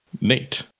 Nate